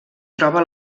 troba